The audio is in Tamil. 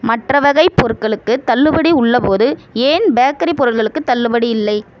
மற்ற வகைப் பொருட்களுக்குத் தள்ளுபடி உள்ளபோது ஏன் பேக்கரி பொருட்களுக்குத் தள்ளுபடி இல்லை